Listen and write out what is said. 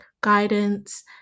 guidance